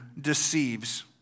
deceives